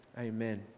Amen